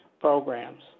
programs